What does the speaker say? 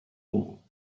wall